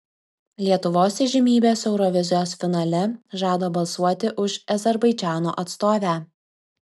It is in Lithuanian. lietuvos įžymybės eurovizijos finale žada balsuoti už azerbaidžano atstovę